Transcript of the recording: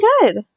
good